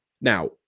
Now